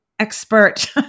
expert